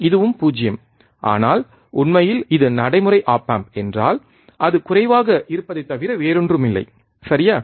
இதுவும் 0 ஆனால் உண்மையில் இது நடைமுறை ஒப் ஆம்ப் என்றால் அது குறைவாக இருப்பதை தவிர வேறொன்றுமில்லை சரியா